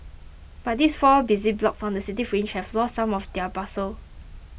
but these four busy blocks on the city fringe have lost some of their bustle